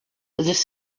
this